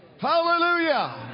Hallelujah